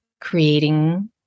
creating